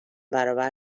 برابر